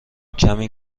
کمی